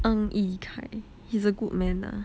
ang yi kai he's a good man lah